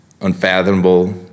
unfathomable